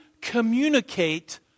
communicate